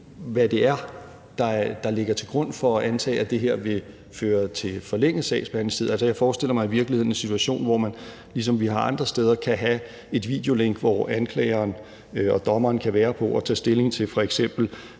hvad det er, der ligger til grund for at antage, at det her vil føre til forlænget sagsbehandlingstid. Jeg forestiller mig i virkeligheden en situation, hvor man, ligesom vi har andre steder, kan have et videolink, hvor anklageren og dommeren kan være på og tage stilling til